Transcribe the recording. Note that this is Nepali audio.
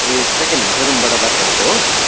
ए सेकेन्ड ह्यान्ड सोरुमबाट बात गरेको हो